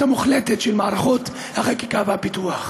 המוחלטת של מערכות החקיקה והפיתוח?